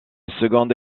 seconde